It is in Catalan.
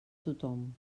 tothom